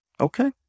Okay